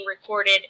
recorded